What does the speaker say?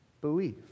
Believe